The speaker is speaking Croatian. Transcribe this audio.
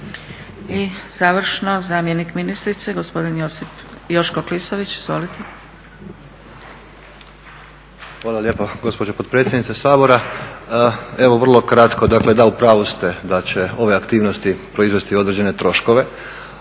I završno, zamjenik ministrice, gospodin Joško Klisović. Izvolite. **Klisović, Joško** Hvala lijepa gospođo potpredsjednice Sabora. Evo vrlo kratko, dakle da u pravu ste da će ove aktivnosti proizvesti određene troškove,